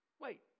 Wait